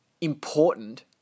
important